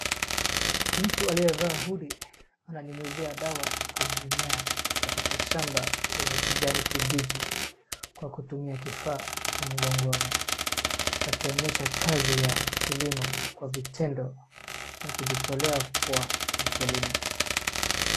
Mtu aliyevaa hoodie , ananyunyizia dawa kwenye mimea katika shamba lenye kijani kibichi kwa kutumia kifaa cha mgongoni akionyesha kazi ya kilimo kwa vitendo na kujitolea kwa mkulima.